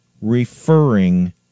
referring